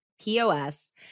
POS